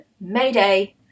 mayday